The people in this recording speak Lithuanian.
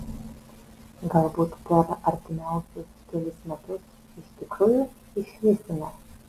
galbūt per artimiausius kelis metus iš tikrųjų išvysime